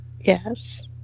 Yes